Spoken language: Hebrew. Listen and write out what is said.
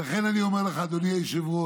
ולכן אני אומר לך, אדוני היושב-ראש,